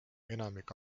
enamik